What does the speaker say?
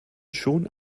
schon